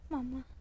Mama